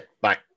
Bye